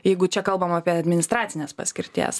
jeigu čia kalbam apie administracinės paskirties